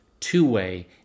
two-way